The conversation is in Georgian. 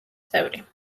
წევრი